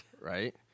right